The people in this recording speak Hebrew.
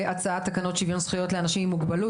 בהצעת תקנות שוויון זכויות לאנשים עם מוגבלות